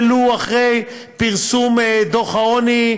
ולו אחרי פרסום דוח העוני,